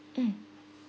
mm